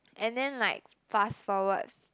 and then like fast forwards